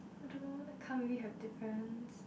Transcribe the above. I don't know the car maybe have difference